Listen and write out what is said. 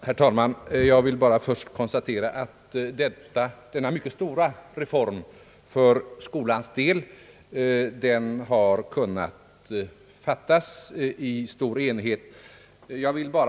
Herr talman! Jag vill först bara konstatera att denna mycket stora reform för skolans del har kunnat beslutas i stor enighet.